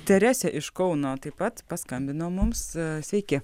teresė iš kauno taip pat paskambino mums sveiki